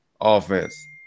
offense